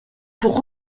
pour